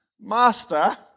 master